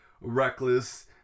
reckless